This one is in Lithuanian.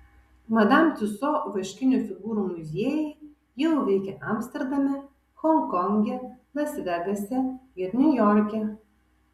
madam tiuso vaškinių figūrų muziejai jau veikia amsterdame honkonge las vegase ir niujorke